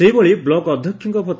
ସେହିଭଳି ବ୍ଲକ ଅଧ୍ଧକ୍ଷଙ୍କ ଭଉ